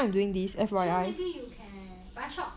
so maybe you can buy shot